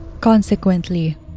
Consequently